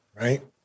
right